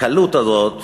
הקלות הזאת,